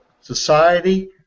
society